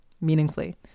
meaningfully